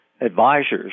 advisors